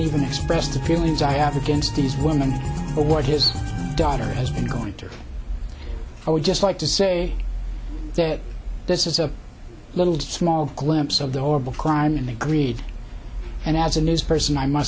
even express the feelings i have against these women but what his daughter has been going through i would just like to say that this is a little small glimpse of the horrible crime and the greed and as a news person i must